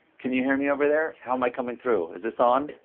can you hear me over there? how am i coming through? is this on?